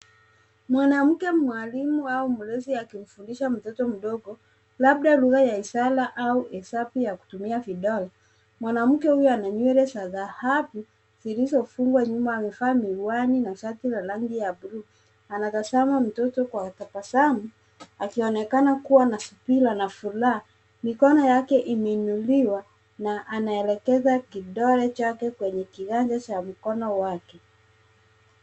Mwanamke mwalimu au mlezi akimfundisha mtoto mdogo, labda lugha ya ishara au hesabu ya kutumia vidole. Mwanamke huyu ana nywele za dhahabu zilizofungwa nyuma. Amevaa miwani na shati la rangi ya buluu. Anatazama mtoto kwa tabasamu, akionekana kuwa na subira na furaha. Mikono yake imeinuliwa , na anaelekeza kidole chake kwenye kiganja cha mkono wake.